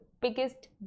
biggest